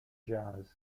jazz